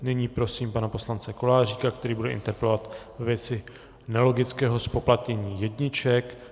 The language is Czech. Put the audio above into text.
Nyní prosím pana poslance Koláříka, který bude interpelovat ve věci nelogického zpoplatnění jedniček.